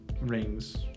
rings